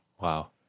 Wow